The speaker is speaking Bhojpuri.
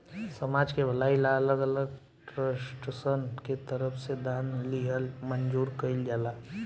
समाज के भलाई ला अलग अलग ट्रस्टसन के तरफ से दान लिहल मंजूर कइल जाला